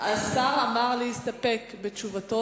הציע להסתפק בתשובתו,